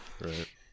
Right